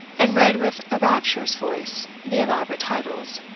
and read, with a rapturous voice, the elaborate titles,